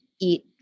eat